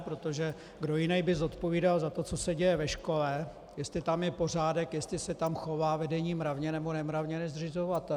Protože kdo jiný by zodpovídal za to, co se děje ve škole, jestli je tam pořádek, jestli se tam chová vedení mravně nebo nemravně, než zřizovatel?